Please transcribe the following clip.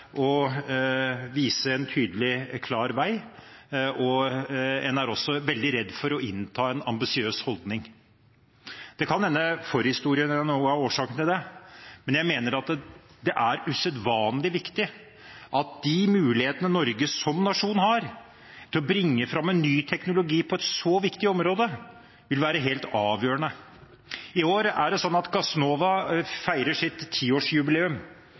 en tydelig, klar vei, og en er også veldig redd for å innta en ambisiøs holdning. Det kan hende forhistorien er noe av årsaken til det, men jeg mener at det er usedvanlig viktig at de mulighetene Norge har som nasjon til å bringe fram en ny teknologi på et så viktig område, vil være helt avgjørende. I år